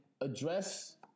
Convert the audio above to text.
address